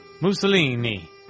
Mussolini